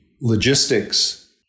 logistics